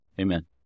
Amen